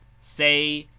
say,